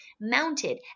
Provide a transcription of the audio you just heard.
Mounted